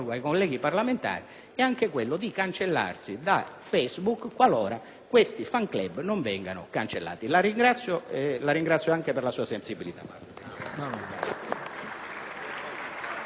è anche quello di cancellarsi da Facebook qualora questi *fan club* non vengano cancellati. La ringrazio per la sua sensibilità.